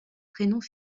prénoms